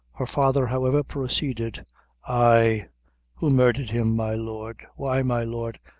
her father, however, proceeded ay who murdhered him, my lord? why, my lord